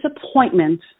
disappointment